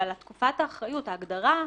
אבל ההגדרה,